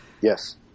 yes